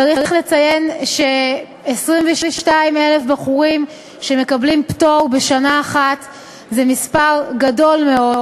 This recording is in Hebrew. צריך לציין ש-22,000 בחורים שמקבלים פטור בשנה אחת זה מספר גדול מאוד,